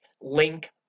link